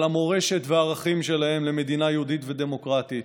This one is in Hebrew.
על המורשת והערכים שלהם של מדינה יהודית ודמוקרטית